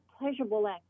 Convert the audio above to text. pleasurable